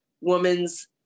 woman's